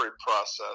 process